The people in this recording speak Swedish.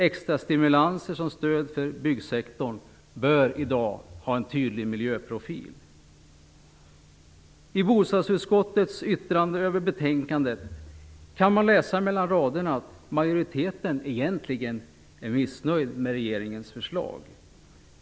Extrastimulanser som stöd för byggsektorn bör i dag ha en tydlig miljöprofil. I bostadsutskottets yttrande över betänkandet kan man läsa mellan raderna att majoriteten egentligen är missnöjd med regeringens förslag.